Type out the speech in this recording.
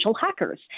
hackers